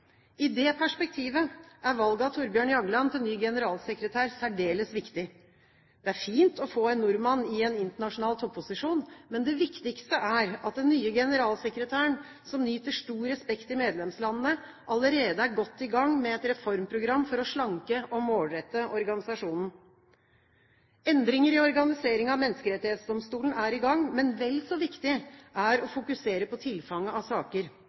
i ferd med å bli lammet. I det perspektivet er valget av Thorbjørn Jagland til ny generalsekretær særdeles viktig. Det er fint å få en nordmann i en internasjonal topposisjon, men det viktigste er at den nye generalsekretæren, som nyter stor respekt i medlemslandene, allerede er godt i gang med et reformprogram for å slanke og målrette organisasjonen. Endringer i organiseringen av Menneskerettighetsdomstolen er i gang, men vel så viktig er det å fokusere på tilfanget av saker.